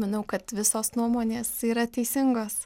manau kad visos nuomonės yra teisingos